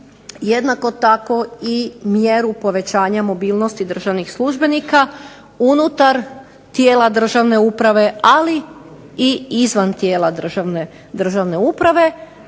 Jednako tako i mjeru povećanja mobilnosti državnih službenika, unutar tijela državne uprave, ali i izvan tijela državne uprave,